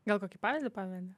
gal kokį pavyzdį pameni